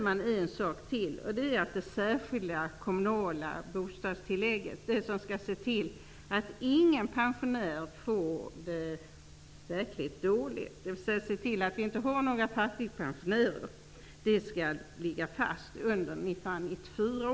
Man föreslår också att det särskilda kommunala bostadstillägget, som skall se till att ingen pensionär får det verkligt dåligt, dvs. att vi inte skall få några fattigpensionärer, skall ligga fast också under 1994.